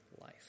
life